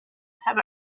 have